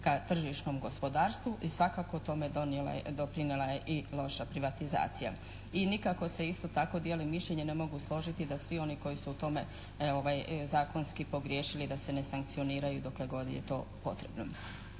ka tržišnom gospodarstvu i svakako tome doprinijela je i loša privatizacija i nikako se isto tako dijelim mišljenje, ne mogu složiti da svi oni koji su u tome zakonski pogriješili da se ne sankcioniraju dokle god je to potrebno.